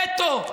נטו,